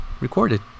recorded